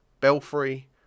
belfry